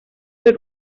fue